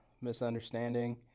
misunderstanding